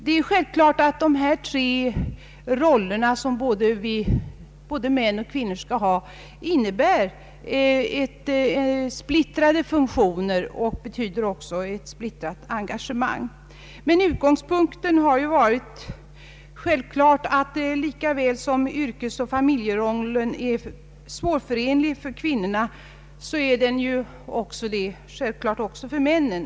Det är självklart att dessa tre roller — som både män och kvinnor skall ha — innebär splittrade funktioner och betyder ett splittrat engagemang, men utgångspunkten är att yrkesoch familjerollen är lika svårförenlig för kvinnorna som för männen.